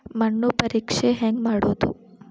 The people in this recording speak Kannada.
ಮಣ್ಣು ಪರೇಕ್ಷೆ ಹೆಂಗ್ ಮಾಡೋದು?